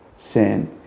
sin